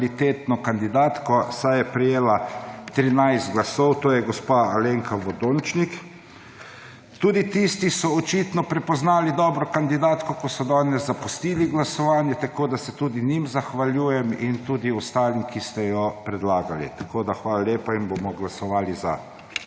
kvalitetno kandidatko, saj je prejela 13 glasov, to je gospa Alenka Vodončnik. Tudi tisti so očitno prepoznali dobro kandidatko, ko so danes zapustili glasovanje, tako da se tudi njim zahvaljujem in tudi ostalim, ki ste jo predlagali. Tako da, hvala lepa in bomo glasovali za.